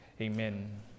Amen